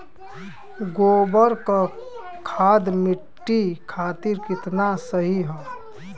गोबर क खाद्य मट्टी खातिन कितना सही ह?